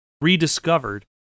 rediscovered